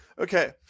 Okay